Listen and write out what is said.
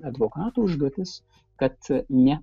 advokato užduotis kad ne